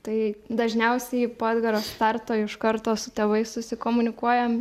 tai dažniausiai po edgaro starto iš karto su tėvais susikomunikuojam